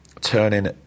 turning